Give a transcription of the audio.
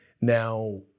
now